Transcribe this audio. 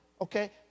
okay